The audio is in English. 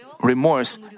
remorse